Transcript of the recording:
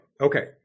Okay